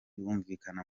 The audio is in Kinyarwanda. bumvikana